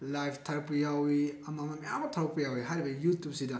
ꯂꯥꯏꯕ ꯊꯥꯔꯛꯄ ꯌꯥꯎꯏ ꯑꯃ ꯑꯃ ꯃꯌꯥꯝ ꯑꯃ ꯊꯣꯔꯛꯄ ꯌꯥꯎꯏ ꯍꯥꯏꯔꯤꯕ ꯌꯨꯇꯨꯞꯁꯤꯗ